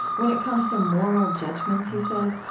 when it comes to moral judgments, he says,